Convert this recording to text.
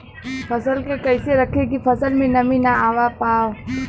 फसल के कैसे रखे की फसल में नमी ना आवा पाव?